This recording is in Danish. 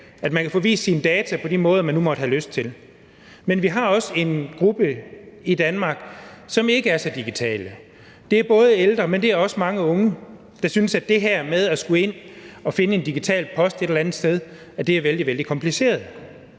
at man kan få vist sine data på de måder, man nu måtte have lyst til. Men vi har også en gruppe i Danmark, som ikke er så digitale. Det er både ældre, men det er også mange unge, der synes, at det her med at skulle ind og finde en digital post et eller andet sted er vældig, vældig kompliceret.